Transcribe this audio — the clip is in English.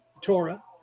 Torah